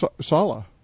Sala